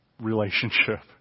relationship